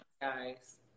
guys